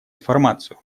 информацию